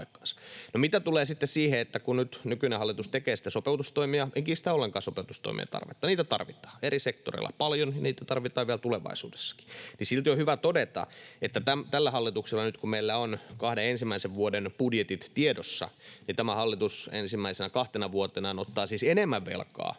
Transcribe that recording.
mitä tulee sitten siihen, että kun nyt nykyinen hallitus tekee sitten sopeutustoimia, niin en kiistä ollenkaan sopeutustoimien tarvetta. Niitä tarvitaan eri sektoreilla paljon, ja niitä tarvitaan vielä tulevaisuudessakin. Silti on hyvä todeta, että nyt kun meillä on kahden ensimmäisen vuoden budjetit tiedossa, tämä hallitus ensimmäisinä kahtena vuotenaan ottaa siis enemmän velkaa